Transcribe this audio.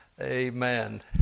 Amen